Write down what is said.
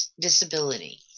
disability